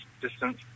distance